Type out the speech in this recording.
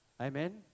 Amen